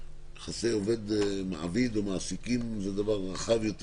יחסי עובד-מעביד או מעסיקים זה דבר רחב יותר